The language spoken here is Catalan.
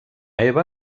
eva